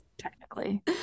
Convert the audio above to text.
technically